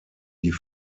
die